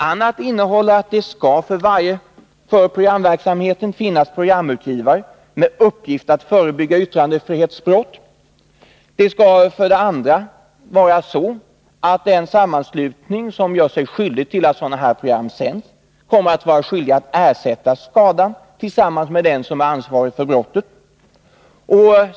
a. skall det för programverksamheten finnas programutgivare med uppgift att förebygga yttrandefrihetsbrott. Vidare kommer sammanslutning som sänder program av detta slag bli skyldig att ersätta uppkommen skada tillsammans med den som är ansvarig för brottet.